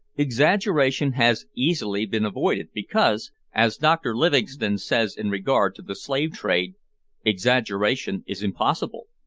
exaggeration has easily been avoided, because as dr livingstone says in regard to the slave-trade exaggeration is impossible.